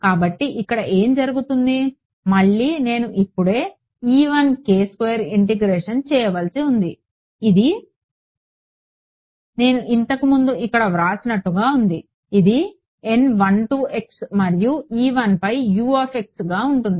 కాబట్టి ఇక్కడ ఏమి జరుగుతుంది మళ్ళీ నేను ఇప్పుడే ఇంటిగ్రేషన్ చేయవలసి ఉంది ఇది నేను ఇంతకు ముందు ఇక్కడ వ్రాసినట్లుగా ఉంది ఇది మరియు పై గా ఉంటుంది